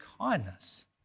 kindness